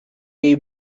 jej